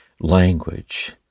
language